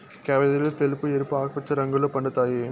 క్యాబేజీలు తెలుపు, ఎరుపు, ఆకుపచ్చ రంగుల్లో పండుతాయి